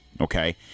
Okay